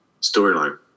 storyline